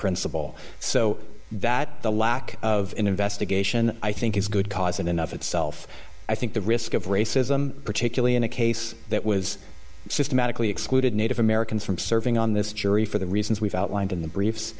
principle so that the lack of an investigation i think is good cause and enough itself i think the risk of racism particularly in a case that was systematically excluded native americans from serving on this jury for the reasons we've outlined in the briefs